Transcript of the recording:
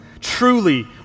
Truly